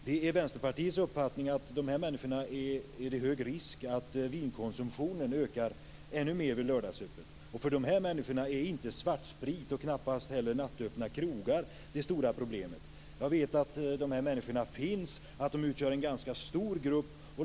Det är Vänsterpartiets uppfattning att det är stor risk att vinkonsumtionen ökar ännu mer vid lördagsöppet. Och för de här människorna är inte svartsprit, och knappast heller nattöppna krogar, det stora problemet. Jag vet att de här människorna finns och att de utgör en ganska stor grupp.